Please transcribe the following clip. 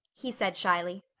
he said shyly.